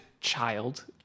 child